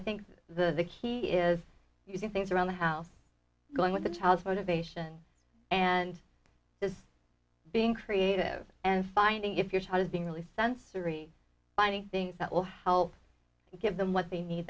think the key is you do things around the house going with the child motivation and this being creative and finding if your child is being really sensory finding things that will help give them what they need